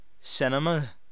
Cinema